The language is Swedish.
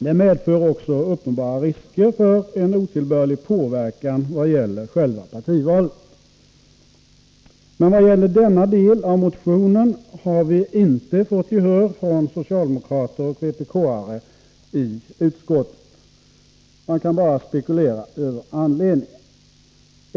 Det medför också uppenbara risker för en otillbörlig påverkan vad gäller själva partivalet. Men för denna del av vår motion har vi inte fått gehör från socialdemokrater och vpk-are i utskottet. Man kan bara spekulera över anledningen.